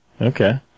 Okay